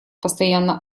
постоянно